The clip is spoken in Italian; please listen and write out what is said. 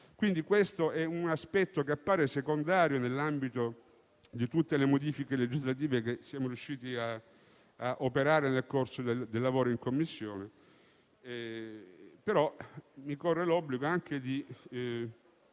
Questo è un aspetto che appare secondario nell'ambito di tutte le modifiche legislative che siamo riusciti ad apportare nel corso dei lavori in Commissione, però mi corre l'obbligo di